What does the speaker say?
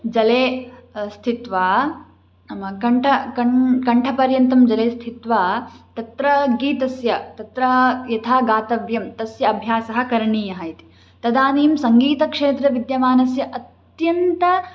जले स्थित्वा नाम कण्ठः कण् कण्ठपर्यन्तं जले स्थित्वा तत्र गीतस्य तत्र यथा गातव्यं तस्य अभ्यासः करणीयः इति तदानीं सङ्गीतक्षेत्रे विद्यमानस्य अत्यन्तम्